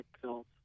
pills